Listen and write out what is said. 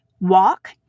Walk